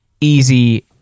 easy